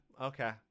okay